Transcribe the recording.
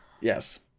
Yes